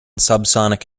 subsonic